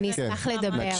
אני אשמח לדבר.